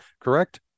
Correct